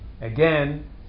Again